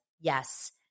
yes